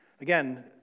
Again